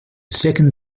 second